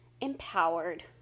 empowered